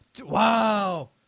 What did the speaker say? Wow